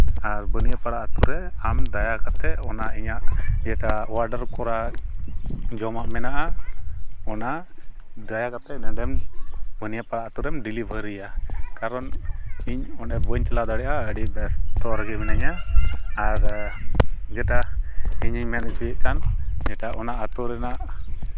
ᱟᱨ ᱵᱟᱹᱱᱤᱭᱟᱹ ᱯᱟᱲᱟ ᱟᱛᱩ ᱨᱮ ᱟᱢ ᱫᱟᱭᱟ ᱠᱟᱛᱮᱫ ᱚᱱᱟ ᱤᱧᱟᱹᱜ ᱡᱮᱴᱟ ᱚᱰᱟᱨ ᱠᱚᱨᱟ ᱡᱚᱢᱟᱜ ᱢᱮᱱᱟᱜᱼᱟ ᱚᱱᱟ ᱫᱟᱭᱟ ᱠᱟᱛᱮᱫ ᱱᱚᱸᱰᱮᱢ ᱵᱟᱹᱱᱤᱭᱟᱹ ᱯᱟᱲᱟ ᱟᱛᱩ ᱨᱮᱢ ᱰᱮᱞᱤᱵᱷᱟᱹᱨᱤᱭᱟ ᱠᱟᱨᱚᱱ ᱤᱧ ᱚᱸᱰᱮ ᱵᱟᱹᱧ ᱪᱟᱞᱟᱣ ᱫᱟᱲᱮᱭᱟᱜᱼᱟ ᱟᱹᱰᱤ ᱵᱮᱥᱛᱚ ᱨᱮᱜᱮ ᱢᱤᱱᱟᱹᱧᱟ ᱟᱨ ᱡᱮᱴᱟ ᱤᱧᱤᱧ ᱢᱮᱱ ᱦᱚᱪᱚᱭᱮᱫ ᱠᱟᱱ ᱡᱮᱴᱟ ᱚᱱᱟ ᱟᱹᱛᱩ ᱨᱮᱱᱟᱜ